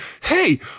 Hey